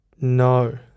No